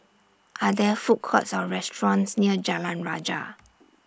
Are There Food Courts Or restaurants near Jalan Rajah